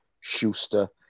Schuster